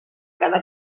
cada